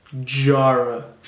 Jara